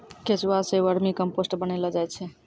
केंचुआ सें vermicompost बनैलो जाय छै